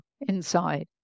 inside